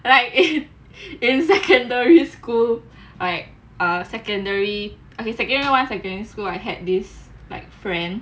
and like in secondary school I err secondary okay secondary one secondary school I had this like friend